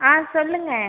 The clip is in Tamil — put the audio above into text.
ஆ சொல்லுங்கள்